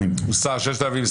אבל אני שואלת שאלה.